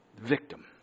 victim